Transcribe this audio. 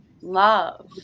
love